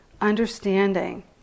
understanding